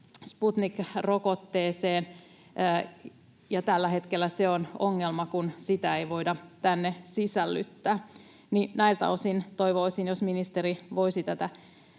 Sputnik-rokotteeseen. Tällä hetkellä se on ongelma, kun sitä ei voida tänne sisällyttää. Näiltä osin toivoisin, että ministeri voisi näitä